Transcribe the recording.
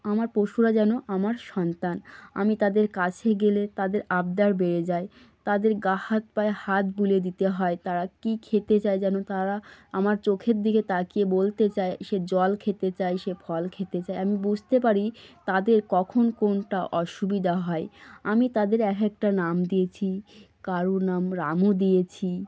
আমার পশুরা যেন আমার সন্তান আমি তাদের কাছে গেলে তাদের আবদার বেড়ে যায় তাদের গা হাত পায়ে হাত বুলিয়ে দিতে হয় তারা কী খেতে চায় যেন তারা আমার চোখের দিকে তাকিয়ে বলতে চায় সে জল খেতে চায় সে ফল খেতে চায় আমি বুঝতে পারি তাদের কখন কোনটা অসুবিধা হয় আমি তাদের এক একটা নাম দিয়েছি কারো নাম রামু দিয়েছি